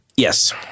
Yes